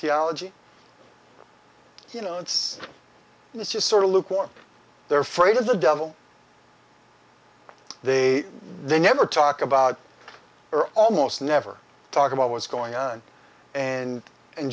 theology you know it's it's just sort of lukewarm there fred is the devil they they never talk about or almost never talk about what's going on and and